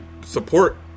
support